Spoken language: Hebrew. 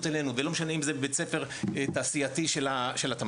אלינו ולא משנה אם זה בית ספר תעשייתי של התמ"ת,